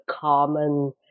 common